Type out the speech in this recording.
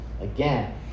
again